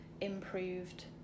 improved